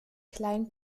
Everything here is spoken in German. klein